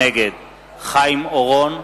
נגד חיים אורון,